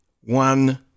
one